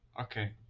okay